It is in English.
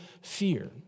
fear